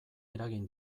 eragin